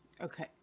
Okay